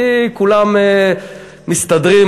כי כולם מסתדרים,